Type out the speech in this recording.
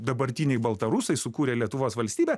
dabartiniai baltarusai sukūrė lietuvos valstybę